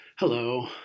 Hello